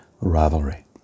rivalry